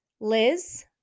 Liz